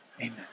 Amen